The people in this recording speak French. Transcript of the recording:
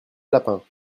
lapins